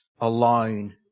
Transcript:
alone